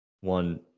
one